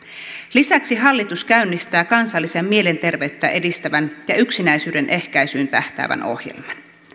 lisäksi hallitus käynnistää kansallisen mielenterveyttä edistävän ja yksinäisyyden ehkäisyyn tähtäävän ohjelman